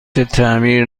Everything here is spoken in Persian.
تعمیر